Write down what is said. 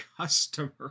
customer